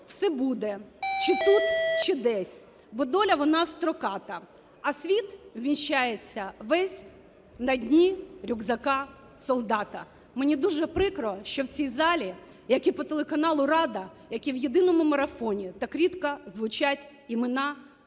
"Все буде – чи тут, чи десь. Бо доля – вона строката. А світ вміщається весь на дні рюкзака солдата". Мені дуже прикро, що в цій залі, як і по телеканалу "Рада", як і в єдиному марафоні так рідко звучать імена справжніх